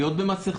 להיות עם מסכות,